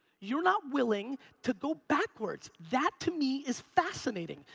you're not willing to go backwards. that to me is fascinating,